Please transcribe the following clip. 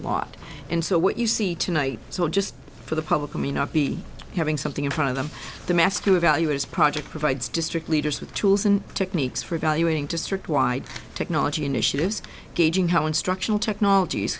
lot and so what you see tonight so just for the public to me not be having something in front of them to mask to evaluate is project provides district leaders with tools and techniques for evaluating district wide technology initiatives gauging how instructional technologies